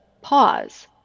pause